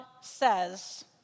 says